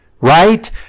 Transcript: right